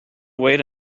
wait